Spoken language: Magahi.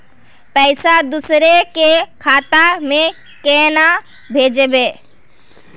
पैसा दूसरे के खाता में केना भेजबे?